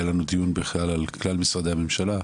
היה לנו דיון בכלל על כלל משרדי הממשלה.